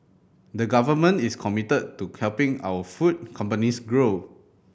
the Government is committed to helping our food companies grow